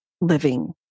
living